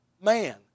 man